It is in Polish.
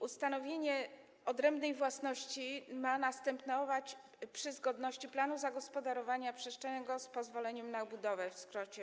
Ustanowienie odrębnej własności ma następować przy zgodności planu zagospodarowania przestrzennego z pozwoleniem na budowę, mówiąc w skrócie.